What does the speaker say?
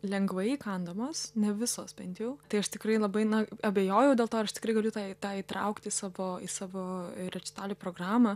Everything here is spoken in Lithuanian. lengvai įkandamos ne visos bent jau tai aš tikrai labai na abejojau dėl to ar aš tikrai galiu tą tą įtraukti į savo į savo rečitalio programą